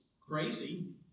crazy